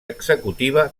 executiva